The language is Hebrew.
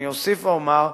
אוסיף ואומר,